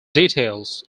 details